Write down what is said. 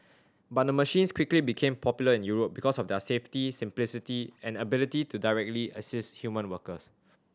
but the machines quickly became popular in Europe because of their safety simplicity and ability to directly assist human workers